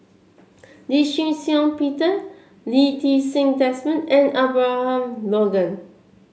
Lee Shih Shiong Peter Lee Ti Seng Desmond and Abraham Logan